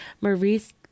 Maurice